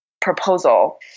proposal